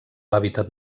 hàbitat